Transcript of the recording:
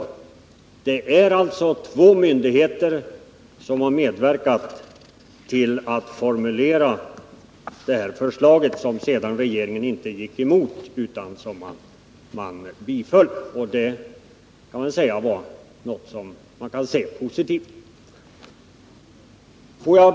Det är alltså två myndigheter som har medverkat till att formulera det förslag som regeringen sedan biföll — och det var ju positivt.